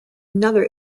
another